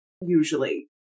usually